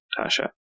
Tasha